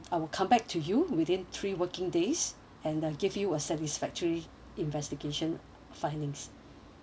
I will come back to you within three working days and uh I'll give you a satisfactory investigation findings